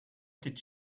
did